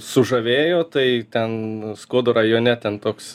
sužavėjo tai ten skuodo rajone ten toks